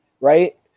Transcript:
Right